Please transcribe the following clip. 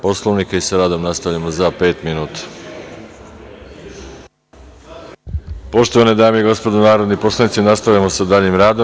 Poslovnika i sa radom nastavljamo za pet minuta. [[Posle pauze.]] Poštovane dame i gospodo narodni poslanici, nastavljamo sa daljim radom.